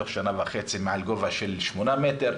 תוך שנה וחצי מעל גובה של שמונה מטרים,